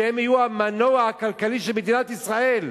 שהם יהיו המנוע הכלכלי של מדינת ישראל,